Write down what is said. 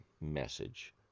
message